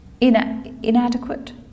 inadequate